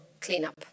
cleanup